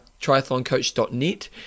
triathloncoach.net